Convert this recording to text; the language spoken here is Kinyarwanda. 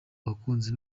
abakunzi